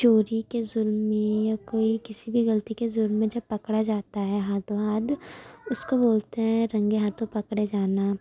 چوری کے جرم میں یا کوئی کسی بھی غلطی کے جرم میں جب پکڑا جاتا ہے ہاتھوں ہاتھ اس کو بولتے ہیں رنگے ہاتھوں پکڑے جانا